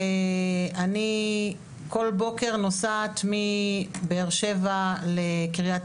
ואני כל בוקר נוסעת מבאר שבע לקריית